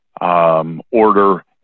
order